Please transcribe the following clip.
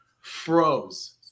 froze